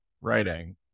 writing